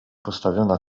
postawiona